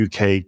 UK